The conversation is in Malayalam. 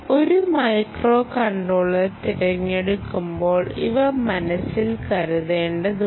ഒരു മൈക്രോകൺട്രോളർ തിരഞ്ഞെടുക്കുമ്പോൾ ഇവ മനസ്സിൽ കരുതേണ്ടതാണ്